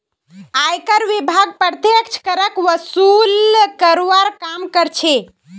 आयकर विभाग प्रत्यक्ष करक वसूल करवार काम कर्छे